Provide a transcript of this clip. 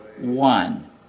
one